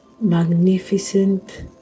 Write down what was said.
magnificent